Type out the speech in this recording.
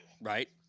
Right